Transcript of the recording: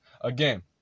Again